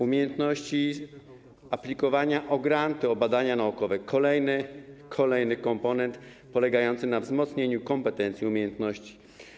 Umiejętności aplikowania o granty, o badania naukowe - kolejny komponent polegający na wzmocnieniu kompetencji i umiejętności.